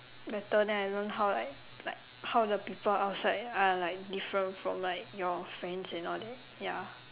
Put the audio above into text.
better than I learn how like like how the people outside are like different from like your friends and all that ya